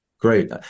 great